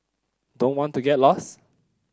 don't want to get lost